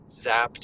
zapped